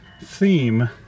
theme